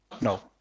No